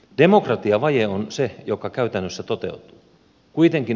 demokratiavaje on se joka käytännössä toteutuu